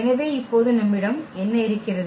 எனவே இப்போது நம்மிடம் என்ன இருக்கிறது